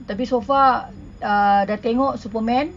tapi so far uh dah tengok superman